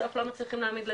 בסוף לא מצליחים להעמיד לדין,